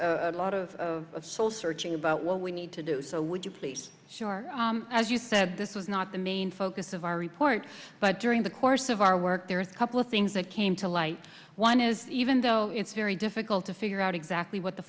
lot of soul searching about what we need to do so would you please sure as you said this is not the main focus of our report but during the course of our work there are a couple of things that came to light one is even though it's very difficult to figure out exactly what the